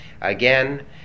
Again